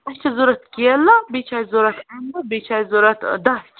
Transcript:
اَسہِ چھِ ضوٚرَتھ کیٚلہٕ بیٚیہِ چھِ اَسہِ ضوٚرَتھ اَمبہٕ بیٚیہِ چھِ اَسہِ ضوٚرَتھ دَچھ